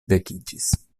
vekiĝis